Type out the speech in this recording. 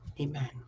Amen